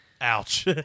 Ouch